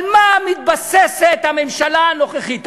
על מה מתבססת הממשלה הנוכחית?